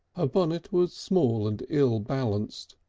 ah bonnet was small and ill-balanced,